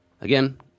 Again